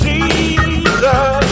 Jesus